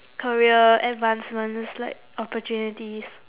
career advancements like opportunities